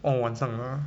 哦网上啊